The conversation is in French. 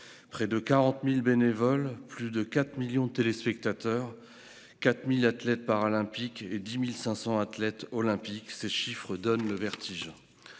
Près de 40 000 bénévoles, plus de 4 millions de téléspectateurs, 4 000 athlètes paralympiques et 10 500 athlètes olympiques : ces chiffres donnent le vertige.